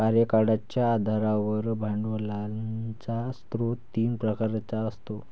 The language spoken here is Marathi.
कार्यकाळाच्या आधारावर भांडवलाचा स्रोत तीन प्रकारचा असतो